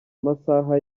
amasaha